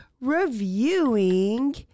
reviewing